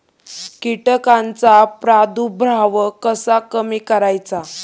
कीटकांचा प्रादुर्भाव कसा कमी करायचा?